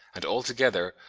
and altogether,